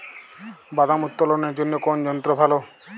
বাদাম উত্তোলনের জন্য কোন যন্ত্র ভালো?